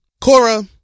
cora